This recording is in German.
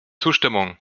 zustimmung